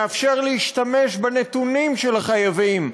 מאפשר להשתמש בנתונים של החייבים,